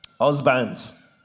husbands